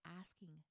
asking